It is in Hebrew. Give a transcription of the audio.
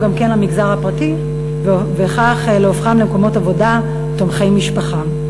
גם למגזר הפרטי וכך להופכם למקומות עבודה תומכי משפחה.